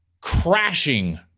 crashing